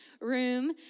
room